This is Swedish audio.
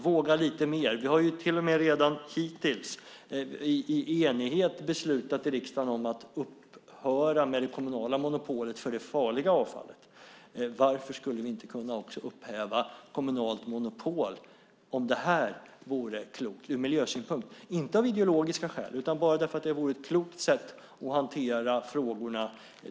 Våga lite mer! Vi har till och med redan hittills i enighet beslutat i riksdagen om att upphöra med det kommunala monopolet för det farliga avfallet. Varför skulle vi inte kunna upphäva också kommunalt monopol om det här vore klokt ur miljösynpunkt? Det handlar då inte om ideologiska skäl, utan bara om att det vore ett klokt sätt att hantera frågorna.